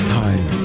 time